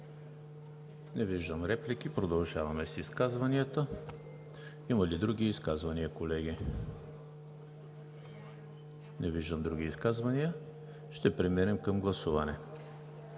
Не виждам. Продължаваме с изказванията. Има ли други изказвания, колеги? Не виждам други изказвания. Ще преминем към гласуване.